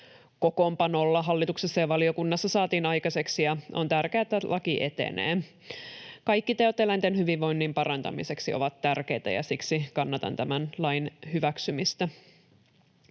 kokoonpanolla hallituksessa ja valiokunnassa saatiin aikaiseksi, ja on tärkeää, että laki etenee. Kaikki teot eläinten hyvinvoinnin parantamiseksi ovat tärkeitä, ja siksi kannatan tämän lain hyväksymistä.